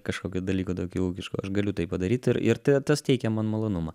kažkokio dalyko daugiau aš galiu tai padaryt ir ir ta tas teikia man malonumą